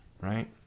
right